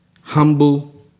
humble